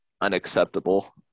unacceptable